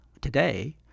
today